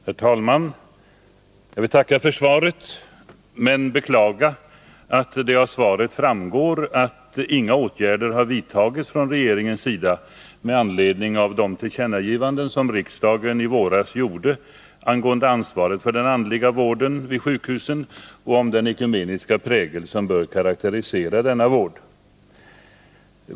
Herr talman! Jag vill tacka för svaret, men beklagar att det av detta framgår att inga åtgärder har vidtagits från regeringens sida med anledning av de tillkännagivanden som riksdagen i våras gjorde angående ansvaret för den andliga vården vid sjukhusen och om den ekumeniska prägel som bör karakterisera denna vård.